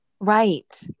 right